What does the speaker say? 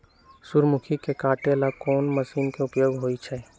सूर्यमुखी के काटे ला कोंन मशीन के उपयोग होई छइ?